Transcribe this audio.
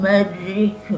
Magic